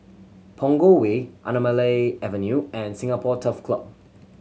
Punggol Way Anamalai Avenue and Singapore Turf Club